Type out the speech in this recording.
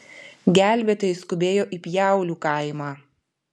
gelbėtojai skubėjo į pjaulių kaimą